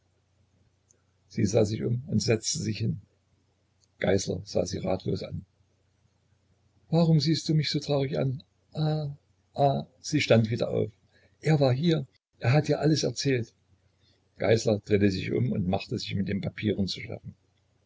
sie sah sich um und setzte sich hin geißler sah sie ratlos an warum siehst du mich so traurig an ah ah sie stand wieder auf er war hier er hat dir alles erzählt geißler drehte sich um und machte sich mit den papieren zu schaffen